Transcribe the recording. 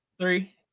three